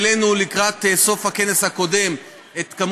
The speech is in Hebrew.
אנחנו העלינו לקראת סוף הכנס הקודם את מספר